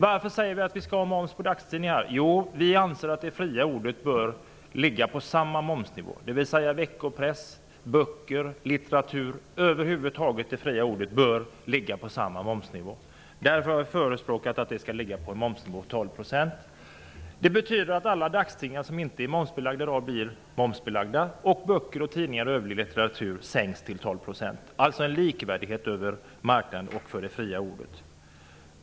Varför skall det vara moms på dagstidningar? Jo, vi anser att det fria ordet bör ligga på samma momsnivå, dvs. att momsen på veckopress, böcker och annan litteratur bör ligga på samma nivå. Vi har då förespråkat momsnivån 12 %. Det betyder att alla dagstidningar som i dag inte är momsbelagda blir momsbelagda, och att momsen på böcker och övrig litteratur sänks till 12 %, det blir alltså en likvärdighet över hela marknaden och för det fria ordet.